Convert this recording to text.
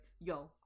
yo